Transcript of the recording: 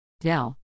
Dell